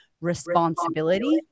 responsibility